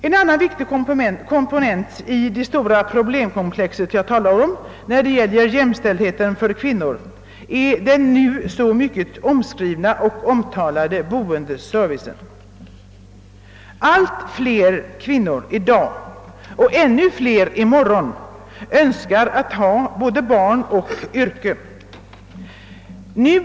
En annan viktig komponent i det stora problemkomplex som gäller jämställdheten för kvinnor är den så omskrivna och omtalade boendeservicen. Alltfler kvinnor i dag vill ha både barn och yrke, och ännu fler kommer att vilja ha det i morgon.